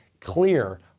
clear